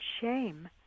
shame